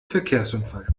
verkehrsunfall